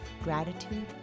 Gratitude